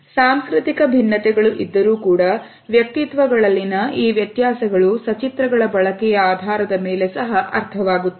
ಸಾಂಸ್ಕೃತಿಕ ಭಿನ್ನತೆಗಳು ಇದ್ದರೂ ಕೂಡ ವ್ಯಕ್ತಿತ್ವಗಳಲ್ಲಿ ನ ಈ ವ್ಯತ್ಯಾಸಗಳು ಸಚಿತ್ರ ಗಳ ಬಳಕೆಯ ಆಧಾರದ ಮೇಲೆ ಸಹ ಅರ್ಥವಾಗುತ್ತದೆ